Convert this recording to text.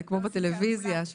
כמו בטלוויזיה,